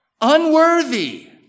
unworthy